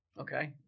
Okay